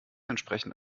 entsprechend